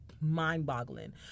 mind-boggling